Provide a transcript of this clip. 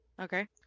Okay